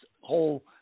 whole